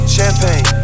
Champagne